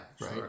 Right